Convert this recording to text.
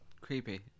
creepy